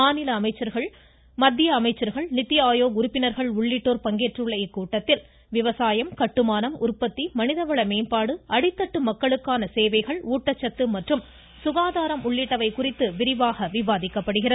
மத்திய அமைச்சர்கள் மாநில முதலமைச்சர்கள் நித்தி ஆயோக் உறுப்பினர்கள் உள்ளிட்டோர் பங்கேற்றுள்ள இக்கூட்டத்தில் விவசாயம் கட்டுமானம் உற்பத்தி மனிதவள மேம்பாடு அடித்தட்டு மக்களுக்கான சேவைகள் ஊட்டச்சத்து மற்றும் சுகாதாரம் உள்ளிட்டவை குறித்து விரிவாக விவாதிக்கப்படுகிறது